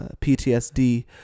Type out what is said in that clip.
ptsd